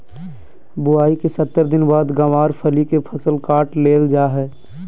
बुआई के सत्तर दिन बाद गँवार फली के फसल काट लेल जा हय